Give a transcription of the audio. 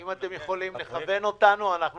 אם אתם יכולים לכוון אותנו אנחנו נשמח,